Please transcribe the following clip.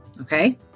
Okay